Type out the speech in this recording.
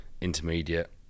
intermediate